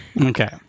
Okay